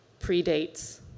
predates